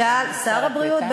שניים.